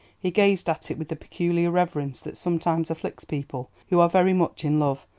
he gazed at it with the peculiar reverence that sometimes afflicts people who are very much in love,